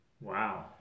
Wow